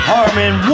Harmon